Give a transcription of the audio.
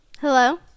Hello